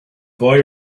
boy